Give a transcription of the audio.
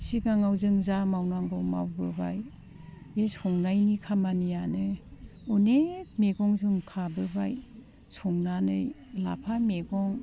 सिगांआव जों जा मावनांगौ मावबोबाय बे संनायनि खामानियानो अनेग मैगं जों खाबोबाय संनानै लाफा मैगं